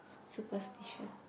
superstitious